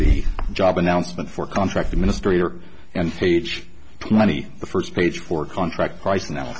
the job announcement for contract administrator and page twenty the first page for contract price